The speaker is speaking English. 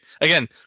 Again